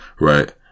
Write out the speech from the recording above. Right